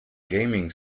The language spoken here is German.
gaming